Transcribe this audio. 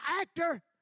actor